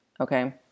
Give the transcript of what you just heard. Okay